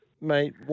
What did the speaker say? Mate